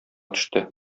төште